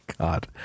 god